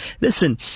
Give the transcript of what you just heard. listen